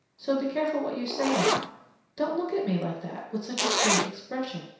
so be careful what you say now don't look at me like that, with such a strange expression,